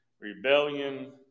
rebellion